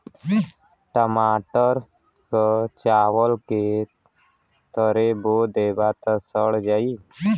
टमाटर क चावल के तरे बो देबा त सड़ जाई